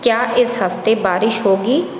क्या इस हफ़्ते बारिश होगी